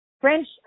French